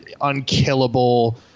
unkillable